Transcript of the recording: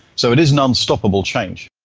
so it is an unstoppable change.